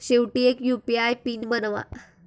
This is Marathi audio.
शेवटी एक यु.पी.आय पिन बनवा